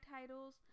titles